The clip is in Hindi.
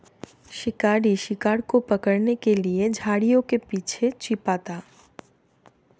शिकारी शिकार को पकड़ने के लिए झाड़ियों के पीछे छिपा था